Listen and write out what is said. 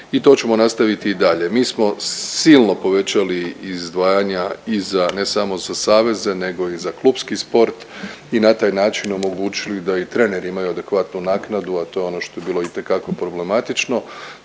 i to ćemo nastaviti i dalje. Mi smo silno povećali izdvajanja i za, ne samo za saveze nego i za klupski sport i na taj način omogućili da i treneri imaju adekvatnu naknadu, a to je ono što je bilo itekako problematično